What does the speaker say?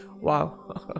Wow